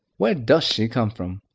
where does she come from?